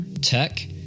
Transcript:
tech